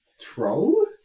Troll